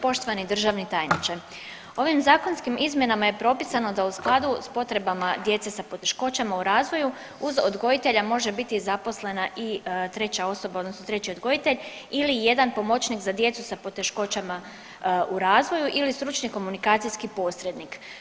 Poštovani državni tajniče, ovim zakonskim izmjenama je propisano da u skladu sa potrebama djece sa poteškoćama u razvoju uz odgojitelja može biti zaposlena i treća osoba, odnosno treći odgojitelj ili jedan pomoćnik za djecu s poteškoćama u razvoju ili stručni komunikacijski posrednik.